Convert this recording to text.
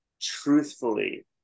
truthfully